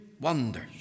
wonders